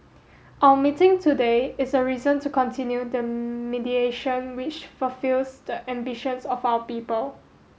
our meeting today is a reason to continue the mediation which fulfils the ambitions of our people